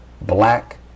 black